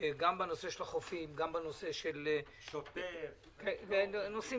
גם בנושא של החופים ובנושאים שונים.